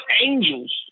angels